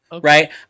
right